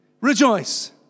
Rejoice